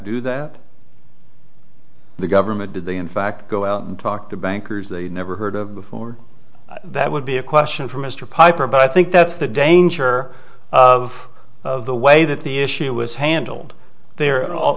do that the government did they in fact go out and talk to bankers they never heard of before that would be a question for mr piper but i think that's the danger of the way that the issue is handled there a